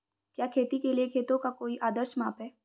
क्या खेती के लिए खेतों का कोई आदर्श माप है?